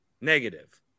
negative